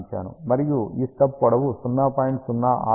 మరియు ఈ స్టబ్ పొడవు 0